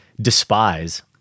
despise